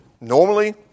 normally